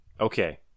Okay